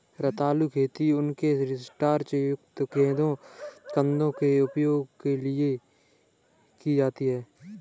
रतालू खेती उनके स्टार्च युक्त कंदों के उपभोग के लिए की जाती है